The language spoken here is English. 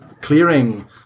clearing